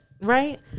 right